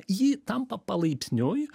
ji tampa palaipsniui